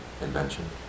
invention